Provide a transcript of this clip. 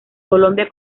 colombia